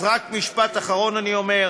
אז רק משפט אחרון, אני אומר: